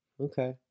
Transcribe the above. Okay